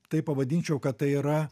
taip pavadinčiau kad tai yra